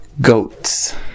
goats